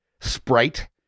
sprite